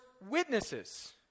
witnesses